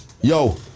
Yo